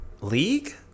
League